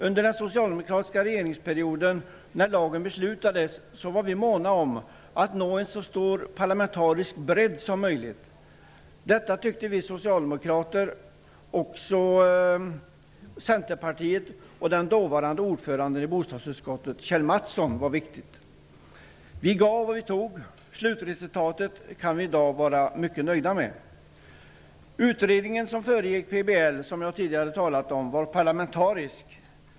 Under den socialdemokratiska regeringsperiod när lagen beslutades var vi måna om att nå en så stor parlamentarisk bredd som möjligt. Detta tyckte vi socialdemokrater var viktigt, och det tyckte också Centerpartiet och den dåvarande ordföranden i bostadsutskottet Kjell Mattson. Vi gav och vi tog. Slutresultatet kan vi i dag vara mycket nöjda med. Den utredning som föregick PBL och som jag tidigare nämnt var parlamentarisk.